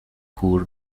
کور